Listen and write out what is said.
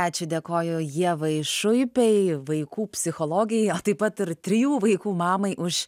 ačiū dėkoju ievai šuipei vaikų psichologei o taip pat ir trijų vaikų mamai už